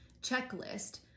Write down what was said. checklist